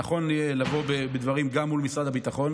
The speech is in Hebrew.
נכון יהיה לבוא בדברים גם מול משרד הביטחון,